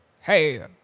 hey